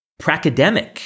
pracademic